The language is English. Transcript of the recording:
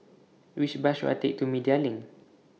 Which Bus should I Take to Media LINK